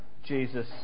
Jesus